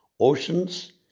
Oceans